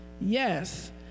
Yes